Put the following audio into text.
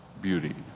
beauty